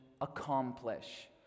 accomplish